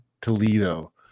Toledo